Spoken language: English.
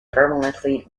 permanently